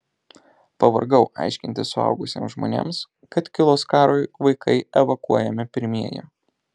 pavargau aiškinti suaugusiems žmonėms kad kilus karui vaikai evakuojami pirmieji